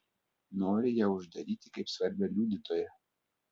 nori ją uždaryti kaip svarbią liudytoją